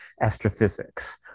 astrophysics